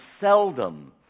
seldom